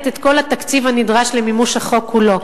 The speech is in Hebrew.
את כל התקציב הנדרש למימוש החוק כולו,